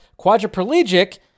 quadriplegic